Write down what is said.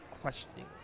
questioning